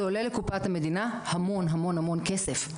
זה עולה לקופת המדינה המון המון כסף.